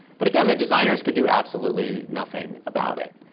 but again, the designers could do absolutely nothing about it.